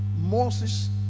Moses